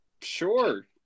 sure